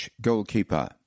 goalkeeper